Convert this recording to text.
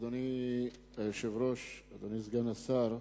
אדוני היושב-ראש, אדוני סגן השר,